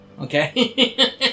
Okay